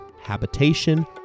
habitation